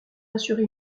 assurer